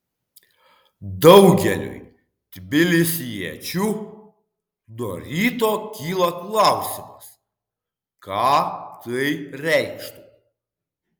daugeliui tbilisiečių nuo ryto kyla klausimas ką tai reikštų